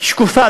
שקופה.